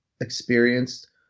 experienced